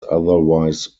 otherwise